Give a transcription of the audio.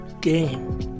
game